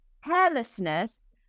hairlessness